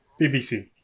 BBC